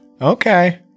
Okay